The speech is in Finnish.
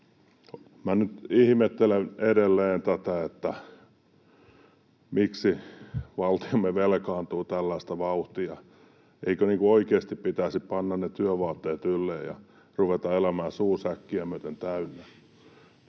Minä nyt ihmettelen edelleen tätä, miksi valtiomme velkaantuu tällaista vauhtia? Eikö oikeasti pitäisi panna ne työvaatteet ylle ja ruveta elämään suu säkkiä myöten?